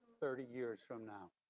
thirty years from now.